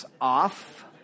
off